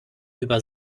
über